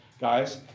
Guys